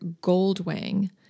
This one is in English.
Goldwing